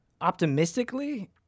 Optimistically